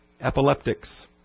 epileptics